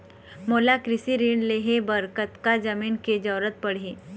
मोला कृषि ऋण लहे बर कतका जमीन के जरूरत पड़ही?